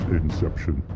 inception